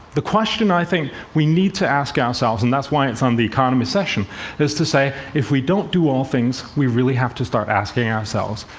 the question i think we need to ask ourselves and that's why it's on the kind of session is to say, if we don't do all things, we really have to start asking ourselves,